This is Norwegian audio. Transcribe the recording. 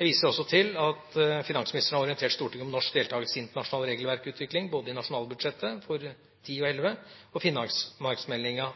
Jeg viser også til at finansministeren har orientert Stortinget om norsk deltakelse i internasjonal regelverksutvikling både i nasjonalbudsjettet for 2010 og 2011 og i Finansmarknadsmeldinga